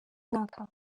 mwaka